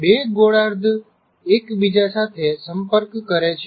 બે ગોળાર્ધ એકબીજા સાથે સંપર્ક કરે છે